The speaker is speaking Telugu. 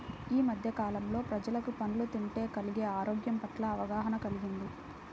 యీ మద్దె కాలంలో ప్రజలకు పండ్లు తింటే కలిగే ఆరోగ్యం పట్ల అవగాహన కల్గింది